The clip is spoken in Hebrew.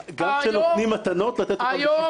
גם כשנותנים מתנות, לתת בשוויון.